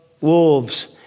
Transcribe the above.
wolves